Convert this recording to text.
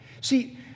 See